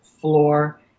floor